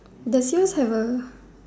there just have A